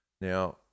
now